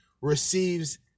receives